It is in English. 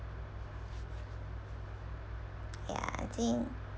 ya I think